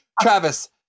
Travis